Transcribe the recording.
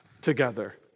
together